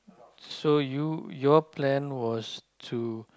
so you your plan was to